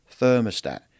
thermostat